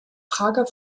prager